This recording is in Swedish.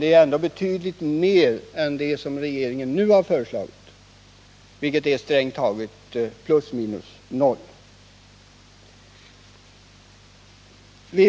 Det är ändå betydligt mer än den ökning som regeringen har föreslagit, vilket strängt taget är plus minus noll.